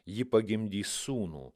ji pagimdys sūnų